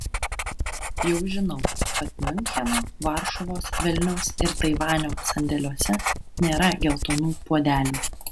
jau žinau kad miuncheno varšuvos vilniaus ir taivanio sandėliuose nėra geltonų puodelių